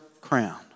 crown